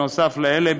נוסף על אלה,